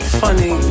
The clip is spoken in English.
funny